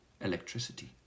electricity